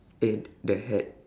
eh the hat